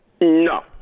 No